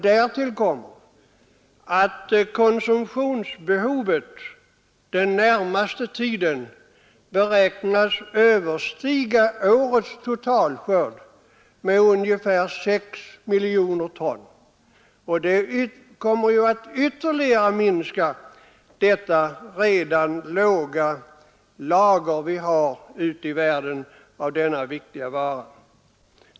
Därtill kommer att konsumtionsbehovet den närmaste tiden beräknas överstiga årets totalskörd med ungefär 6 miljoner ton, och det kommer ju att ytterligare minska de redan låga lager vi har ute i världen av denna viktiga vara.